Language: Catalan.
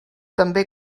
també